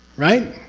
right?